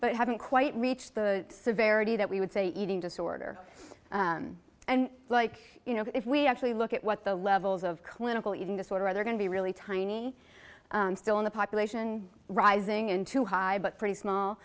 but haven't quite reached the severity that we would say eating disorder and like you know if we actually look at what the levels of clinical eating disorder rather going to be really tiny still in the population rising into high but pretty small